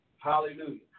Hallelujah